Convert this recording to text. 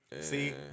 See